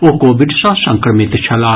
ओ Covid सँ संक्रमित छलाह